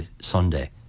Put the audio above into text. Sunday